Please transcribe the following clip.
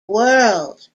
world